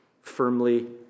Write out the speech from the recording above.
firmly